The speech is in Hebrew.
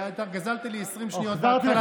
גזלת לי 20 שניות בהתחלה.